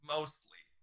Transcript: Mostly